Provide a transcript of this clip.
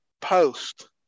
post